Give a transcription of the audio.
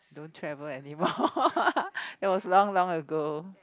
don't travel anymore it was long long ago